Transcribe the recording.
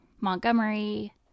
Montgomery